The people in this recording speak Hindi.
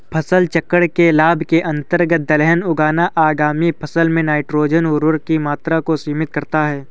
फसल चक्र के लाभ के अंतर्गत दलहन उगाना आगामी फसल में नाइट्रोजन उर्वरक की मात्रा को सीमित करता है